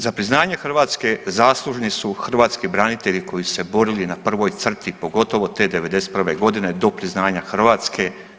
Za priznanje Hrvatske zaslužni su hrvatski branitelji koji su se borili na prvoj crti, pogotovo te '91.g. do priznanja Hrvatske.